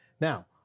Now